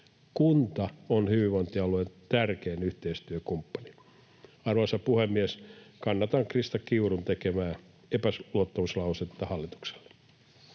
Kunta on hyvinvointialueen tärkein yhteistyökumppani. Arvoisa puhemies! Kannatan Krista Kiurun tekemää epäluottamuslausetta hallitukselle.